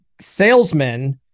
salesmen